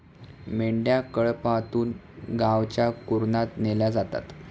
मेंढ्या कळपातून गावच्या कुरणात नेल्या जातात